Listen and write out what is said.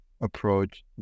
approach